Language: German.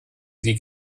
sie